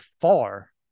far